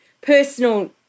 personal